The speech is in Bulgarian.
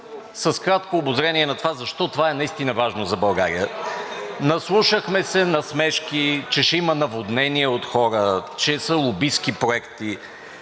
с кратко обозрение на това защо това наистина е важно за България. Наслушахме се на смешки, че ще има наводнения от хора, че са лобистки проекти.